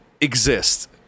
exist